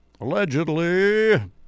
Allegedly